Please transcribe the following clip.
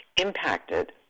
impacted